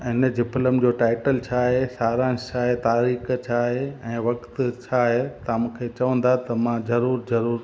ऐं इन जे फिल्म जो टाइटल छा आहे सारांश छा आहे तारीख़ छा आहे ऐं वक़्तु छा आहे तव्हां मूंखे चवंदा त मां ज़रूर ज़रूर